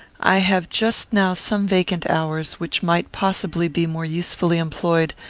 i have just now some vacant hours, which might possibly be more usefully employed,